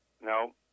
No